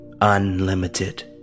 unlimited